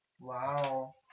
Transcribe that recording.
Wow